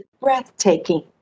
breathtaking